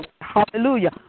Hallelujah